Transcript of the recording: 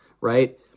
right